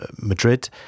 Madrid